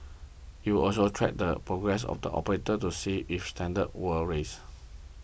it will also track the progress of the operators to see if standards were raised